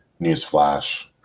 newsflash